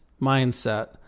mindset